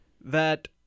that-